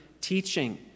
teaching